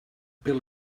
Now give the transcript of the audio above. pel